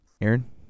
Aaron